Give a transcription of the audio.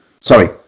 sorry